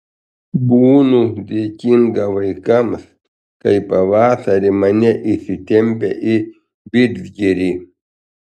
būnu dėkinga vaikams kai pavasarį mane išsitempia į vidzgirį